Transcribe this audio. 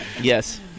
Yes